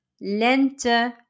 lente